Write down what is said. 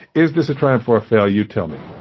is this a triumph for failure? you tell me,